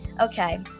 Okay